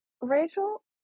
Rachel